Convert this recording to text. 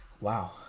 Wow